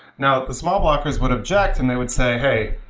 now, the small blockers would object and they would say, hey,